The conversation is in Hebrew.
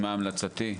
אם את שואלת מה המלצתי,